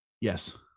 Yes